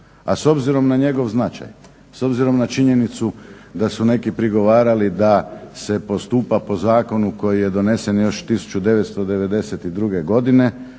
A s obzirom na njegov značaj, s obzirom na činjenicu da su neki prigovarali da se postupa po zakonu koji je donesen još 1992. godine.